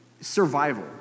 survival